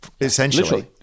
essentially